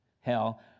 hell